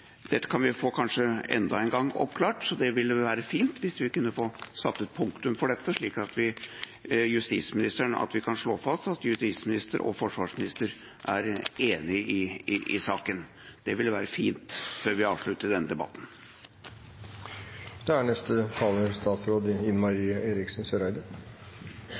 dette kan vi kanskje enda en gang få oppklart. Det ville være fint om vi kunne få satt et punktum for dette, slik at vi kan slå fast at justisministeren og forsvarsministeren er enige i saken. Det ville være fint – før vi avslutter denne debatten. Komiteens leder gjør det en gang til når han sier at det er